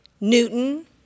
Newton